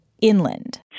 inland